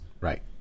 Right